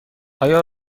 آیا